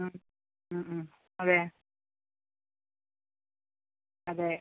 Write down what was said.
ആ ആ ആ അതെ അതെ